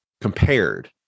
compared